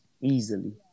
easily